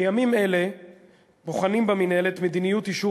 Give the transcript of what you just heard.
בימים אלה בוחנים במינהלת את מדיניות אישור